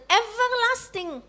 everlasting